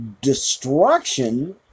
destruction